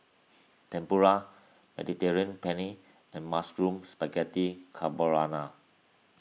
Tempura Mediterranean Penne and Mushroom Spaghetti Carbonara